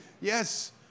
Yes